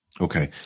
Okay